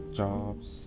jobs